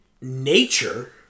nature